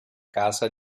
casa